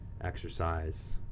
exercise